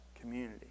community